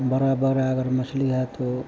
बड़ी बड़ी अगर मछली है तो